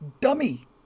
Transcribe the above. dummy